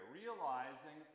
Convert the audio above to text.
realizing